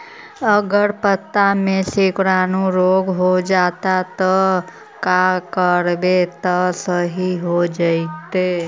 अगर पत्ता में सिकुड़न रोग हो जैतै त का करबै त सहि हो जैतै?